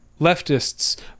leftists